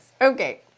Okay